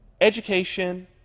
education